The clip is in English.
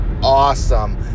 awesome